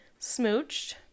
smooched